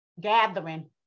gathering